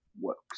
works